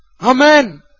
Amen